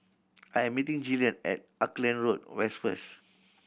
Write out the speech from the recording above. I am meeting Jillian at Auckland Road West first